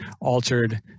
altered